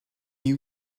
you